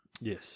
Yes